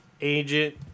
Agent